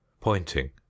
pointing